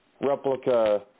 replica